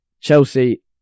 Chelsea